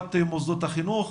בסביבת מוסדות החינוך